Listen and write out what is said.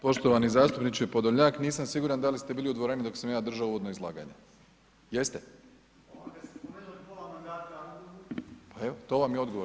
Poštovani zastupniče Podolnjak nisam siguran da li ste bili u dvorani doka sam ja držao uvodno izlaganje, jeste [[Upadica: Ono kad ste pomenuli pola mandata?]] pa evo to vam je odgovor.